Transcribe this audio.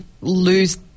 lose